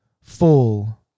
full